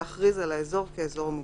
להכריז על האזור כאזור מוגבל,"